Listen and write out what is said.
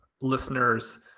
listeners